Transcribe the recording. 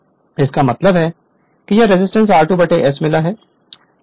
Refer Slide Time 3556 इसका मतलब है कि यह रेजिस्टेंस r2 ' s मिला है